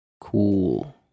Cool